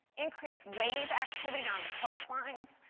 increased wave activity on the coastlines.